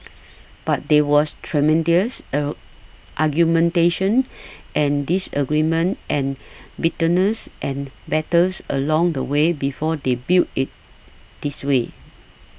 but there was tremendous argumentation and disagreement and bitterness and battles along the way before they built it this way